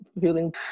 feeling